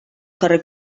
carrer